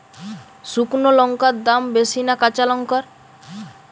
শুক্নো লঙ্কার দাম বেশি না কাঁচা লঙ্কার?